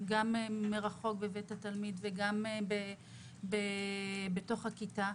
מרחוק בבית התלמיד וגם בתוך הכיתה,